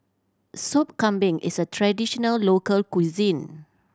Soup Kambing is a traditional local cuisine